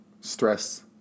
stress